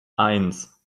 eins